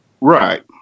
Right